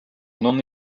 non